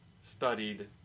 studied